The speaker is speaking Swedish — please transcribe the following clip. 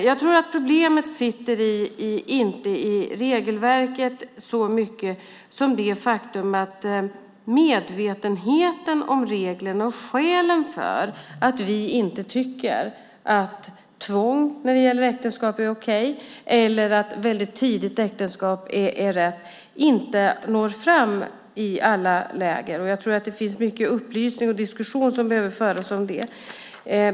Jag tror inte att problemet sitter så mycket i regelverket som i det faktum att medvetenheten om reglerna och skälen för att vi inte tycker att tvång när det gäller äktenskap eller väldigt tidigt äktenskap är okej inte når fram i alla läger. Jag tror att det behövs mycket upplysning och mycket diskussioner som behöver föras om det.